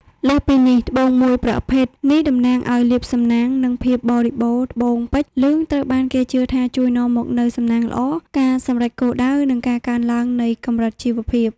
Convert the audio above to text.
លើសពីនេះត្បូងមួយប្រភេទនេះតំណាងឱ្យលាភសំណាង និងភាពបរិបូរណ៍ត្បូងពេជ្រលឿងត្រូវបានគេជឿថាជួយនាំមកនូវ សំណាងល្អ ការសម្រេចគោលដៅ និងការកើនឡើងនៃកម្រិតជីវភាព។